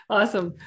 Awesome